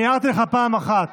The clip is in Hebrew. אני הערתי לך פעם אחת,